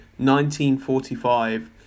1945